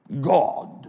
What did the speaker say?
God